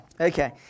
Okay